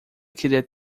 queria